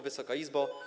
Wysoka Izbo!